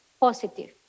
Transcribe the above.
positive